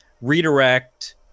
redirect